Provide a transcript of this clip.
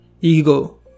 ego